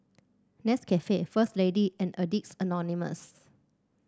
Nescafe First Lady and Addicts Anonymous